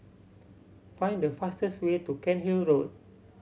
find the fastest way to Cairnhill Road